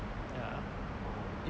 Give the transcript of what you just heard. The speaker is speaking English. ya